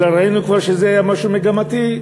אלא ראינו כבר שזה משהו מגמתי,